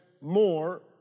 more